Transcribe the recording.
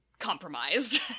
compromised